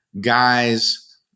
guys